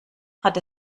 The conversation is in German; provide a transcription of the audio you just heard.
hat